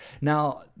Now